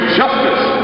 justice